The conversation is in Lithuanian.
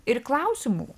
ir klausimų